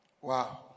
wow